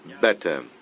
better